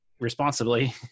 responsibly